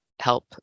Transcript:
help